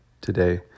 today